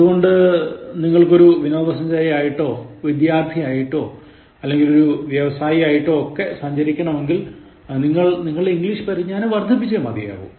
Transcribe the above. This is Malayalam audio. അതുകൊണ്ട് നിങ്ങൾക്കു ഒരു വിനോദസഞ്ചാരിയായിട്ടോ വിദ്യാർധിയിട്ടോ അല്ലെങ്കിൽ ഒരു വ്യവസായി ആയിട്ടോ ഒക്കെ സഞ്ചരിക്കണമെങ്കിൽ നിങ്ങൾ നിങ്ങളുടെ ഇംഗ്ലീഷ് പരിജ്ഞാനം വർദ്ധിപ്പിച്ചേ മതിയാകൂ